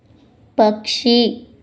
పక్షి